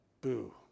boo